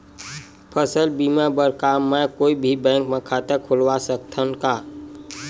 फसल बीमा बर का मैं कोई भी बैंक म खाता खोलवा सकथन का?